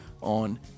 on